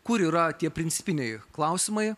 kur yra tie principiniai klausimai